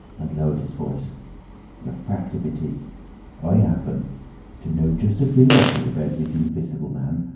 and lowered his voice the fact of it is i happen to know just a thing or two about this invisible man.